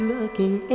Looking